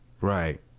Right